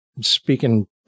Speaking